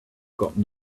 gotten